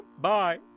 Bye